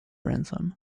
ransom